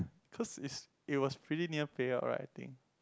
cause it's it was pretty near payout right I think